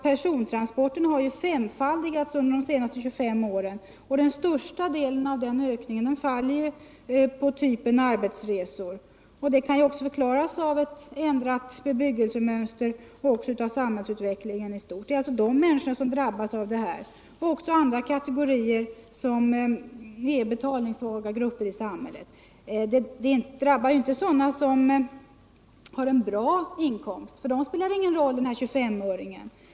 Persontransporterna har ju femfaldigats under de senaste 25 åren, och den största delen av denna ökning faller på kategorin arbetsresor. Det kan förklaras av ett ändrat bebyggelse 147 mönster och också av samhällsutvecklingen i stort. Det är alltså människorna i glesbygden som drabbas av höjningen, men också andra kategorier som är betalningssvaga grupper i samhället. Höjningen drabbar inte sådana som har en bra inkomst. För dem spelar den här 25-öringen ingen roll.